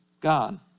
God